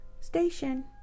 station